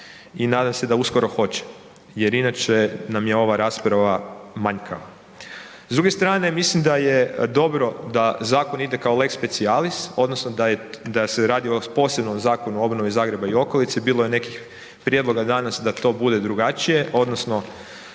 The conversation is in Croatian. i nadam se da uskoro hoće jer inače nam je ova rasprava manjkava. S druge strane, mislim da je dobro da zakon ide kao lex specialis, odnosno da se radi o posebnom zakonu o obnovi Zagreba i okolice, bilo je nekih prijedloga danas da to bude drugačije, odnosno